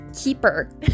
keeper